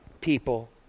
people